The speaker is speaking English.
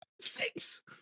Six